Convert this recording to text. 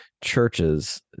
churches